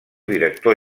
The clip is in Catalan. director